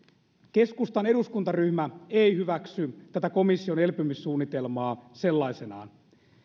keskustan eduskuntaryhmä ei hyväksy tätä komission elpymissuunnitelmaa sellaisenaan